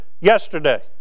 Yesterday